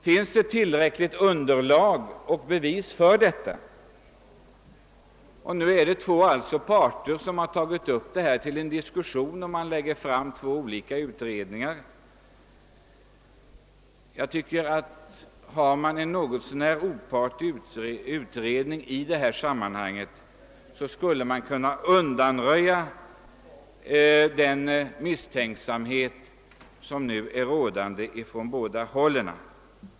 Finns det ett tillräckligt stort underlag för att avgöra detta? Det är två parter som har tagit upp den frågan till diskussion och man lägger fram två olika utredningar. Jag anser att om man gör en något så när opartisk utredning i detta sammanhang så skulle man kunna undanröja den misstänksamhet som nu finns på båda hållen.